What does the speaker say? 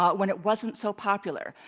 when it wasn't so popular,